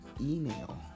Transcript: email